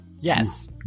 Yes